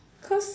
cause